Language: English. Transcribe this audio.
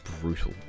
Brutal